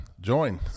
join